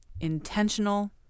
intentional